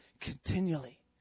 continually